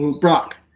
Brock